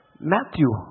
Matthew